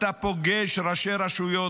ואתה פוגש ראשי רשויות,